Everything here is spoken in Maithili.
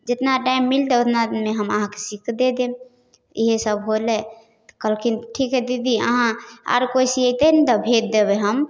जतना टाइम मिलतै ओतना टाइममे हम अहाँके सीबिके दऽ देब इएहसब होलै तऽ कहलखिन ठीक छै दीदी अहाँ आओर कोइ सिएतै ने तऽ भेज देबै हम